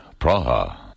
Praha